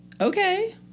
Okay